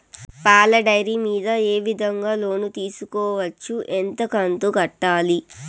పాల డైరీ మీద ఏ విధంగా లోను తీసుకోవచ్చు? ఎంత కంతు కట్టాలి?